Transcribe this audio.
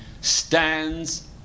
stands